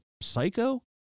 psycho